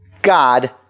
God